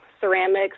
ceramics